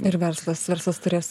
ir verslas verslas turės